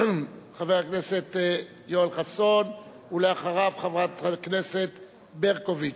חבר הכנסת יואל חסון, אחריו, חברת הכנסת ברקוביץ.